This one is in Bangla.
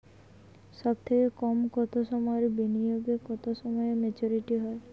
সবথেকে কম কতো সময়ের বিনিয়োগে কতো সময়ে মেচুরিটি হয়?